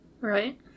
Right